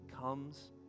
comes